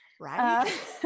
Right